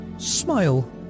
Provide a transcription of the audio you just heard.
Smile